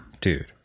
dude